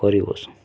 ପରିବସୁ